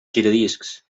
giradiscs